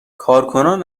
کارکنان